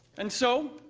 and so,